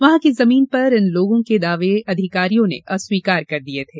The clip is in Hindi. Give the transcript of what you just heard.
वहां की जमीन पर इन लोगों के दावे अधिकारियों ने अस्वीकार कर दिये थे